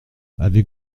avec